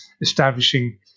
establishing